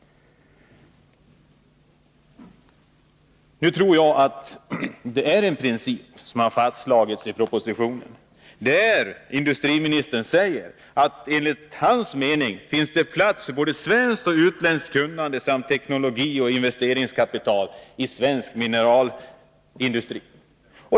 Jag tror att det är en princip som har fastslagits i propositionen där industriministern säger att det enligt hans mening finns plats för både svenskt och utländskt kunnande samt teknologi och investeringskapital i svensk mineralindustri.